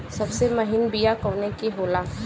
सबसे महीन बिया कवने के होला?